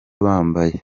bambaye